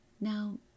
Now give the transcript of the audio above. Now